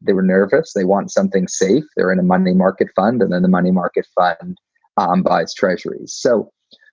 they were nervous. they want something safe. they're in a money market fund. and then the money market fund um buys treasuries. so